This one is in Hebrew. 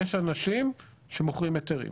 יש אנשים שמוכרים היתרים,